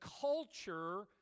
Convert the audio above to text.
culture